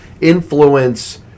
influence